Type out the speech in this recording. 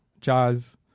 Jazz